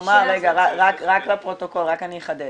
----- רק לפרוטוקול, אני אחדד